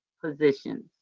positions